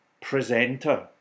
presenter